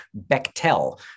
Bechtel